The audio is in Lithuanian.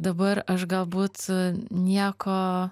dabar aš galbūt nieko